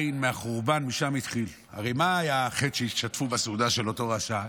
הרי מה היה החטא בכך שהשתתפו בסעודה של אותו רשע?